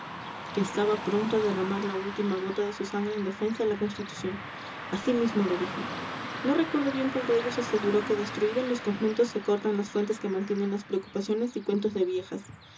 que estaba pronto a derramar la última gota de su sangre en defensa de la constitución así mismo lo dijo no recuerdo bien cuál de ellos aseguró que destruidos los conventos se cortan las fuentes que mantienen las preocupaciones y cuentos de viejas